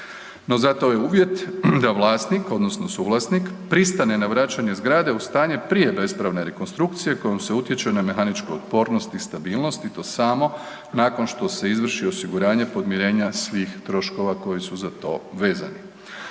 zato je uvjet da vlasnik, odnosno suvlasnik pristane na vraćanje zgrade u stanje prije bespravne rekonstrukcije kojom se utječe na mehaničku otpornost i stabilnost i to samo nakon što se izvrši osiguranje podmirenja svih troškova koji su za to vezani.